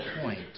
point